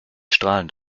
strahlend